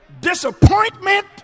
disappointment